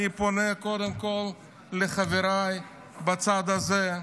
אני פונה קודם כול לחבריי בצד הזה,